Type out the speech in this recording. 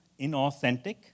inauthentic